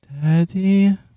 Daddy